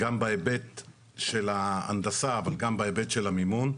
בהיבט של ההנדסה אבל גם בהיבט של המימון.